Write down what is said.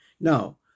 Now